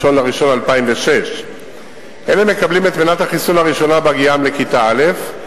בינואר 2006. אלה מקבלים את מנת החיסון הראשונה בהגיעם לכיתה א',